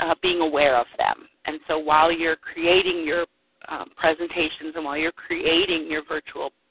ah being aware of them. and so while you're creating your presentations, and while you're creating your virtual